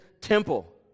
temple